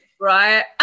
right